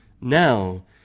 Now